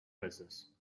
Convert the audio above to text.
business